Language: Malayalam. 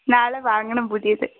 നാളെ വാങ്ങണം പുതിയത്